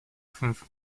fünf